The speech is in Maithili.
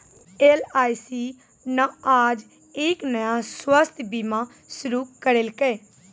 एल.आई.सी न आज एक नया स्वास्थ्य बीमा शुरू करैलकै